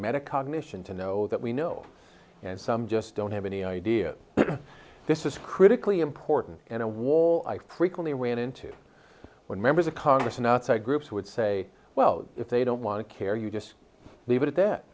metacognition to know that we know and some just don't have any idea this is critically important and a wall i frequently ran into when members of congress and outside groups would say well if they don't want to care you just leave it at that